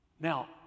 Now